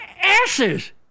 asses